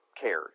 cared